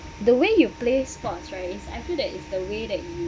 the way you play sports right is I feel that it's the way that you